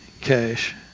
cash